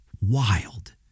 wild